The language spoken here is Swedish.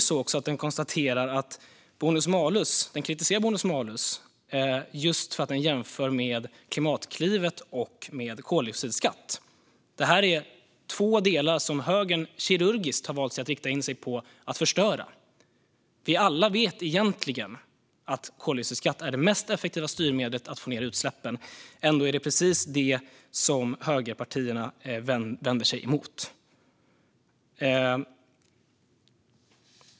Rapporten kritiserar också bonus-malus just därför att den jämför med Klimatklivet och med koldioxidskatt. Detta är två delar som högern kirurgiskt har valt att rikta in sig på att förstöra. Alla vet egentligen att koldioxidskatt är det mest effektiva styrmedlet för att få ned utsläppen. Ändå är det precis det som högerpartierna vänder sig emot.